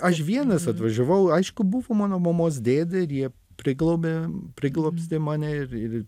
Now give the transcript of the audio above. aš vienas atvažiavau aišku buvo mano mamos dėdė ir jie priglobė priglobstė mane ir ir